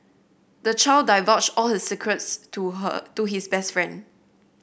the child divulged all his secrets to her to his best friend